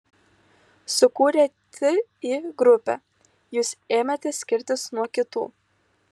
sukūrę ti grupę jūs ėmėte skirtis nuo kitų